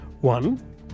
One